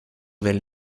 del